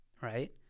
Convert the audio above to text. Right